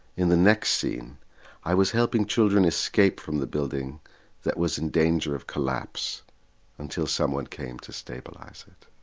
in the next scene i was helping children escape from the building that was in danger of collapse until someone came to stabilise it.